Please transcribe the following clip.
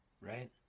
right